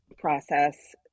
process